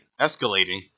escalating